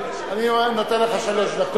אני נותן לך שלוש דקות,